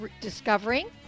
discovering